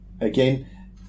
again